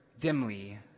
dimly